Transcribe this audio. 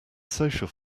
social